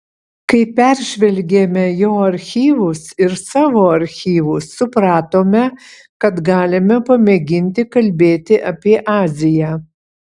kai peržvelgėme jo archyvus ir savo archyvus supratome kad galime pamėginti kalbėti apie aziją